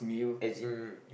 as in